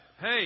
Hey